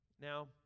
Now